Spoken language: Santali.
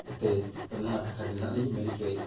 ᱡᱮᱛᱮ ᱡᱚᱛᱚ ᱱᱚᱜᱼᱚ ᱱᱟ ᱠᱟᱛᱷᱟ ᱜᱮ ᱦᱟᱸᱜ ᱞᱤᱧ ᱢᱮᱱ ᱦᱚᱪᱚᱭᱮᱜᱼᱟ